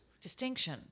Distinction